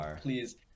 Please